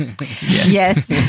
yes